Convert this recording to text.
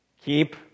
Keep